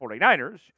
49ers